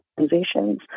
organizations